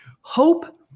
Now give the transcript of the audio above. Hope